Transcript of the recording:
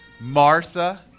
Martha